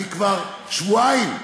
כבר שבועיים,